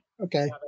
Okay